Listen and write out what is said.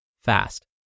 fast